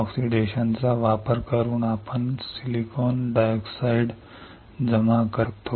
ऑक्सिडेशनचा वापर करून आपण सिलिकॉन डायऑक्साइड जमा करणे वाढवू शकतो